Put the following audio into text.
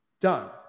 Done